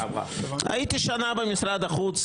הייתי שנה במשרד החוץ,